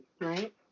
right